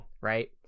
right